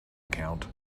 account